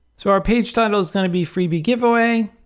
so our page title is going to be freebie giveaway.